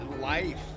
life